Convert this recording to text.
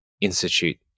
institute